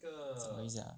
一下